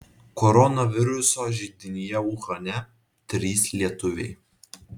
koronaviruso židinyje uhane trys lietuviai